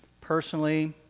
personally